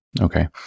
okay